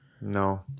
no